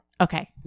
Okay